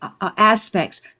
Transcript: aspects